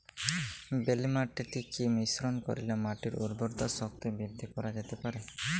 বেলে মাটিতে কি মিশ্রণ করিলে মাটির উর্বরতা শক্তি বৃদ্ধি করা যেতে পারে?